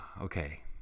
Okay